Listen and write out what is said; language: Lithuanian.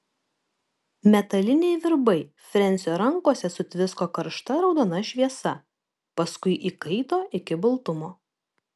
metaliniai virbai frensio rankose sutvisko karšta raudona šviesa paskui įkaito iki baltumo